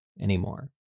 anymore